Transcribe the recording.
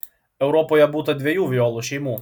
europoje būta dviejų violų šeimų